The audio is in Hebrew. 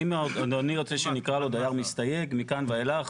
אם אדוני ירצה שנקרא לו "דייר מסתייג" מכאן ואילך,